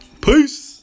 Peace